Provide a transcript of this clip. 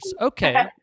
Okay